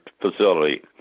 facility